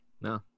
No